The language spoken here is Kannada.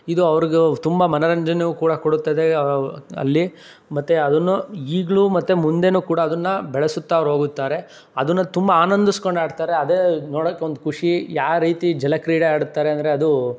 ಇದು ಅವ್ರ್ಗೂ ತುಂಬ ಮನರಂಜನೆಯೂ ಕೂಡ ಕೊಡುತ್ತದೆ ಅಲ್ಲಿ ಮತ್ತು ಅದನ್ನು ಈಗಲೂ ಮತ್ತು ಮುಂದೆಯೂ ಕೂಡ ಅದನ್ನ ಬೆಳೆಸುತ್ತಾ ಅವ್ರು ಹೋಗುತ್ತಾರೆ ಅದನ್ನ ತುಂಬ ಆನಂದಸ್ಕೊಂಡು ಆಡ್ತಾರೆ ಅದೇ ನೋಡಕ್ಕೆ ಒಂದು ಖುಷಿ ಯಾವ ರೀತಿ ಜಲ ಕ್ರೀಡೆ ಆಡುತ್ತಾರೆ ಅಂದರೆ ಅದು